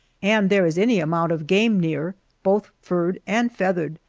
and there is any amount of game near, both furred and feathered,